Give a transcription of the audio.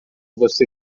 você